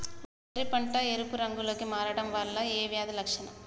వరి పంట ఎరుపు రంగు లో కి మారడం ఏ వ్యాధి లక్షణం?